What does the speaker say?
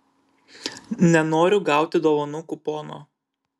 nenoriu gauti dovanų kupono